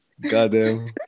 Goddamn